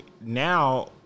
now